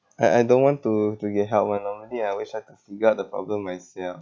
I I don't want to to get help [one] orh normally I always like to figure out the problem myself